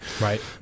Right